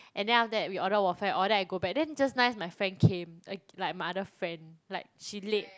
and then after that we order waffle and all then I go back then just nice my friend came like my other friend like she late